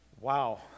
wow